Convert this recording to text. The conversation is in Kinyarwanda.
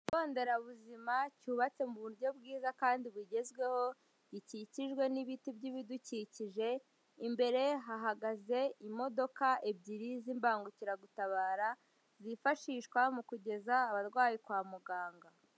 Ikigonderabuzima cyubatse mu buryo bwiza kandi bugezweho, gikikijwe n'ibiti by'ibidukikije, imbere hahagaze imodoka ebyiri z'imbangukiragutabara zifashishwa mu kugeza abarwayi kwa muganga.